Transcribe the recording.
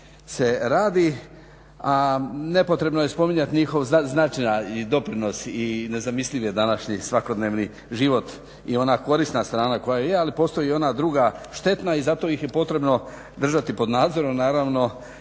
se radi. A nepotrebno je spominjati njihov značaj i doprinos i nezamisliv je današnji svakodnevni život i ona korisna strana koja je ali postoji i ona druga štetna i zato ih je potrebno držati pod nadzorom, naravno